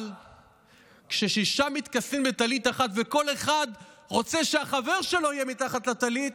אבל כששישה מתכסים בטלית אחת וכל אחד רוצה שהחבר שלו יהיה מתחת לטלית,